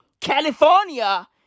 California